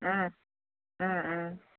ம் ம்ம்